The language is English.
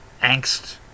Angst